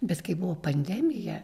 bet kai buvo pandemija